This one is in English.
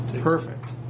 perfect